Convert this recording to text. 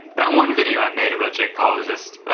that one video i made about jake paul is just,